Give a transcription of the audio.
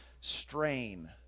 strain